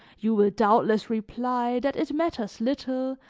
you will doubtless reply that it matters little,